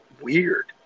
weird